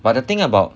but the thing about